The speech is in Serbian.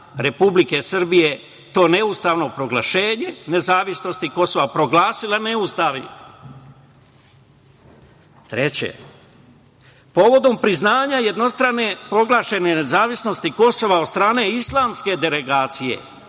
Republike Srbije to neustavno proglašenje nezavisnosti Kosova proglasila neustavnim. Treće, povodom priznanja jednostrano proglašene nezavisnosti Kosova od strane islamske delegacije,